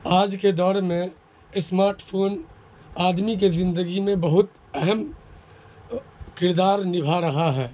آج کے دور میں اسمارٹ فون آدمی کے زندگی میں بہت اہم کردار نبھا رہا ہے